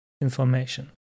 information